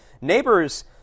Neighbors